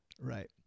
right